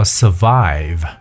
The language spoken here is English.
survive